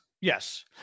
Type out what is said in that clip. Yes